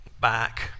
back